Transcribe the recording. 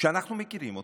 שאנחנו מכירים אותו,